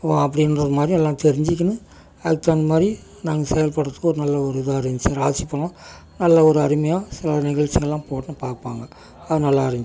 அப்படின்ற மாதிரி எல்லாம் தெரிஞ்சுக்கினு அதுக்குத் தகுந்த மாதிரி நாங்கள் செயல்படுத்துறதுக்கு நல்ல ஒரு இதாக இருந்துச்சு ராசி பலன் நல்ல ஒரு அருமையாக சிலர் நிகழ்ச்சிங்களாம் போட்டு பார்ப்பாங்க அது நல்லாருந்து